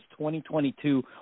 2022